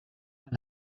dans